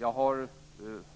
Jag har